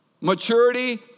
Maturity